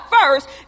first